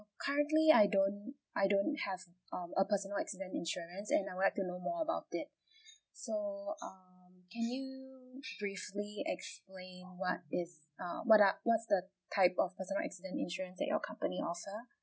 currently I don't I don't have um a personal accident insurance and I would like to know more about it so um can you briefly explain what is uh what are what's the type of personal accident insurance that your company offer